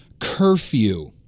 curfew